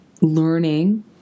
learning